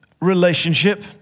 relationship